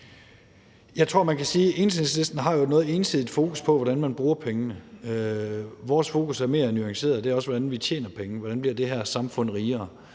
Jeg tror, man kan sige, at Enhedslisten jo har et noget ensidigt fokus på, hvordan man bruger pengene. Vores fokus er mere nuanceret. Det handler også om, hvordan vi tjener pengene, hvordan det her samfund bliver